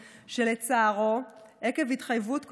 שלצערו, עקב התחייבות קודמת,